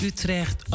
Utrecht